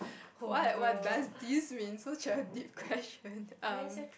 what what does this mean such a deep question um